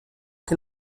che